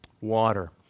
water